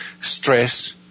stress